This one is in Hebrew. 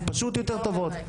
לאימהות שלנו,